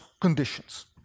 conditions